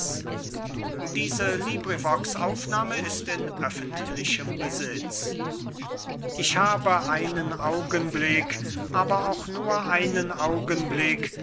musarion an lais ich habe einen augenblick aber auch nur einen augenblick